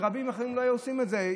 ורבים אחרים לא היו עושים את זה.